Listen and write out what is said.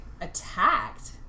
attacked